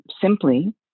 simply